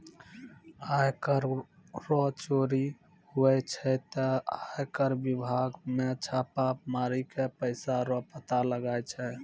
आय कर रो चोरी हुवै छै ते आय कर बिभाग मे छापा मारी के पैसा रो पता लगाय छै